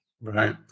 Right